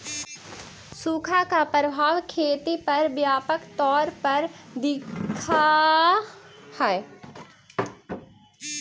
सुखा का प्रभाव खेती पर व्यापक तौर पर दिखअ हई